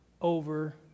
over